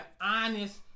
honest